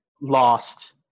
lost